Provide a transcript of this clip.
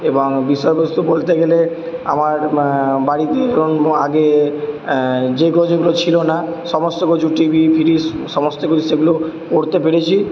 এবং বিষয়বস্তু বলতে গেলে আমার বাড়ি কিন্তু আগে যেগুলো যেগুলো ছিল না সমস্ত কিছু টিভি ফ্রিজ সমস্ত কিছু সেগুলো করতে পেরেছি